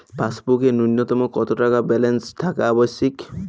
পাসবুকে ন্যুনতম কত টাকা ব্যালেন্স থাকা আবশ্যিক?